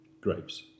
grapes